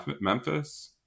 memphis